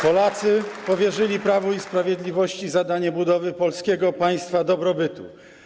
Polacy powierzyli Prawu i Sprawiedliwości zadanie budowy polskiego państwa dobrobytu.